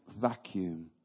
vacuum